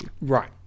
right